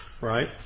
right